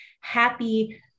happy